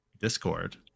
Discord